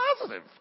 positive